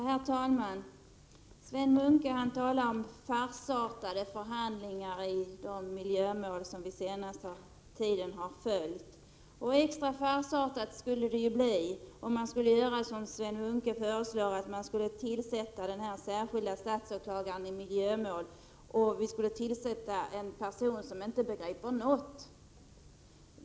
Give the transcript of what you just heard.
Herr talman! Sven Munke talar om farsartade förhandlingar i de miljömål som vi har kunnat följa under den senaste tiden. Och det skulle ju bli extra farsartat om man gjorde som Sven Munke föreslår, nämligen att tillsätta tjänsten som särskild statsåklagare i miljömål med en person som inte begriper någonting.